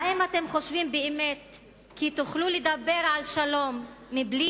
האם אתם באמת חושבים כי תוכלו לדבר על שלום בלי